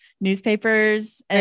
newspapers